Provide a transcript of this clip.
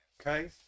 Okay